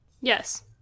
Yes